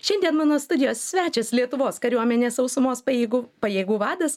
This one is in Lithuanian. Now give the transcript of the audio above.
šiandien mano studijos svečias lietuvos kariuomenės sausumos pajėgų pajėgų vadas